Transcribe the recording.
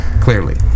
Clearly